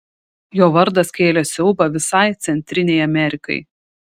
jo vardas kėlė siaubą visai centrinei amerikai